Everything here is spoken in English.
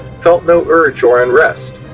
felt no urge or unrest,